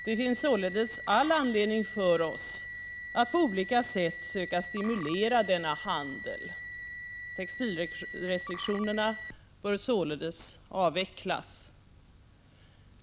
Det finns således all anledning för oss att på olika sätt söka stimulera denna handel. Textilrestriktionerna bör alltså avvecklas.